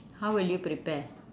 how will you prepare